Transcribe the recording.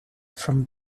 from